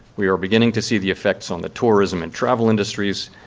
we are beginning to see the effects on the tourism and travel industries,